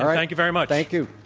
um thank you very much. thank you.